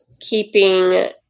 keeping